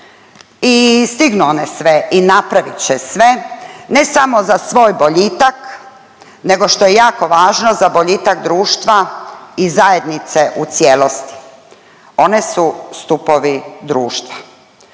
i stignu one sve i napravit će sve ne samo za svoj boljitak nego što je jako važno za boljitak društva i zajednice u cijelosti, one su stupovi društva